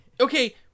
Okay